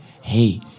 hey